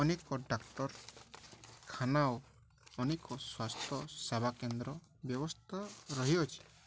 ଅନେକ ଡ଼ାକ୍ତରଖାନା ଓ ଅନେକ ସ୍ୱାସ୍ଥ୍ୟ ସେବା କେନ୍ଦ୍ର ବ୍ୟବସ୍ଥା ରହିଅଛି